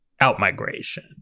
out-migration